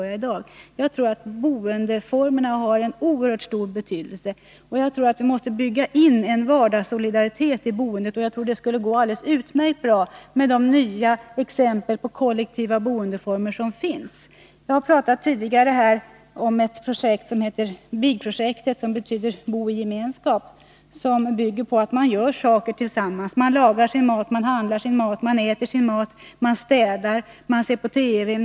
Jag har aldrig pratat bostadspolitik i en narkotikapolitisk debatt förut, men jag gör det i dag. Vi måste bygga in en vardagssolidaritet i boendet, och jag tror att det skulle gå alldeles utmärkt med de nya kollektiva boendeformer som finns. Jag har pratat tidigare om BIG-projektetbo i gemenskap —som bygger på att man gör saker tillsammans. Man handlar sin mat, man lagar sin mat, man äter sin mat, man städar, man ser på TV.